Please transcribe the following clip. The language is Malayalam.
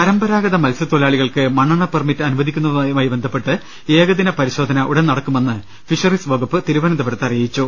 പരമ്പരാഗത മത്സ്യത്തൊഴിലാളികൾക്ക് മണ്ണെണ്ണ പെർമിറ്റ് അനുവദി ക്കുന്നതുമായി ബന്ധപ്പെട്ട് ഏകദിന പരിശോധന ഉടൻ നടക്കുമെന്ന് ഫിഷറീസ് വകുപ്പ് തിരുവനന്തപുരത്ത് അറിയിച്ചു